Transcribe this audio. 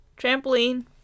trampoline